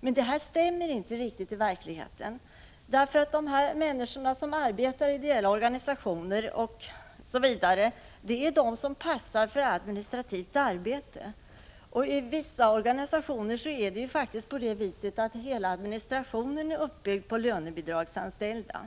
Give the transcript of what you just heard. men det stämmer inte riktigt med verkligheten. De människor som arbetar i ideella organisationer och motsvarande är de som passar för administrativt arbete. I vissa organisationer är faktiskt hela administrationen uppbyggd på lönebidragsanställda.